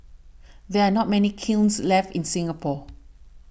there are not many kilns left in Singapore